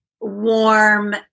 warm